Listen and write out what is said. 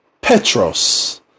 Petros